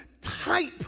type